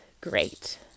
great